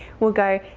we'll go,